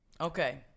Okay